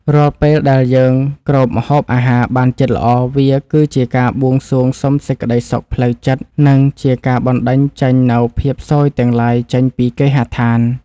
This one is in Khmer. រាល់ពេលដែលយើងគ្របម្ហូបអាហារបានជិតល្អវាគឺជាការបួងសួងសុំសេចក្តីសុខក្នុងចិត្ត និងជាការបណ្តេញចេញនូវភាពស៊យទាំងឡាយចេញពីគេហដ្ឋាន។